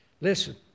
listen